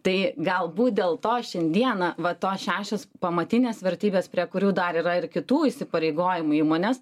tai galbūt dėl to šiandieną va tos šešios pamatinės vertybės prie kurių dar yra ir kitų įsipareigojimų įmonės